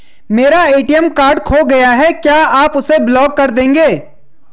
मेरा ATM card खो गया है क्या आप उसे ब्लॉक कर देंगे?